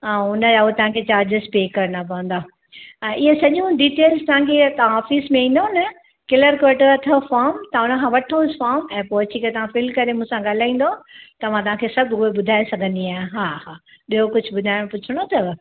ऐं उन जा उहे चार्जिस तव्हां खे पे करणा पवंदा ऐं इहे सॼूं डीटेल्स तव्हां खे इहे तव्हां ऑफ़िस में ईंदव न कलर्क वटि अथव फ़ॉर्म तव्हां हुन खां वठोस फ़ॉर्म ऐं पोइ अची करे तव्हां फिल करे मूंसा ॻाल्हाईन्दव त मां तव्हां खे सभु हू ॿुधाए सघंदी आहियां हा हा ॿियो कुझु ॿुधाएव पूछिणो अथव